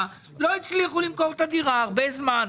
לא הצליחו למכור את הדירה במשך הרבה זמן,